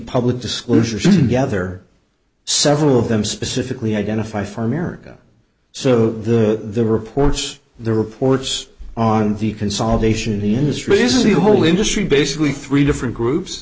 public disclosures and gather several of them specifically identify for america so the reports the reports on the consolidation in the industry this is the whole industry basically three different groups